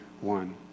one